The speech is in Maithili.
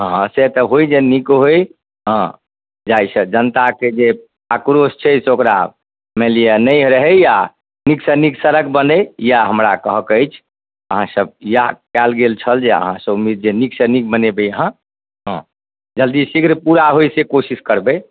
हँ हँ से तऽ होइ जे नीक होइ हँ जाहिसँ जनताके जे आक्रोश छै तऽ ओकरा मानि लिअऽ नहि रहै आओर नीकसँ नीक सड़क बनै एएह हमरा कहऽके अछि अहाँसभ एएह कएल गेल छल जे अहाँसँ उम्मीद जे नीकसँ नीक बनेबै अहाँ हँ जल्दी शीघ्र पूरा होइ से कोशिश करबै